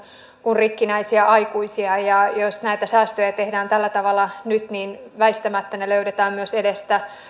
kuin rikkinäisiä aikuisia ja jos näitä säästöjä tehdään tällä tavalla nyt niin väistämättä ne löydetään myös edestä